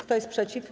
Kto jest przeciw?